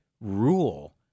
rule